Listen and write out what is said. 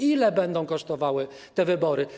Ile będą kosztowały te wybory?